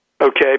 Okay